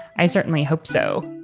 i certainly hope so